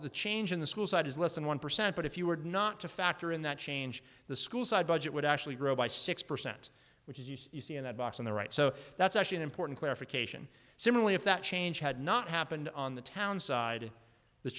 the change in the school side is less than one percent but if you were not to factor in that change the school side budget would actually grow by six percent which is you see in that box on the right so that's actually an important clarification similarly if that change had not happened on the town side the